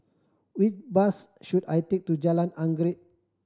which bus should I take to Jalan Anggerek